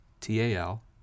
T-A-L